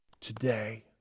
today